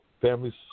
Families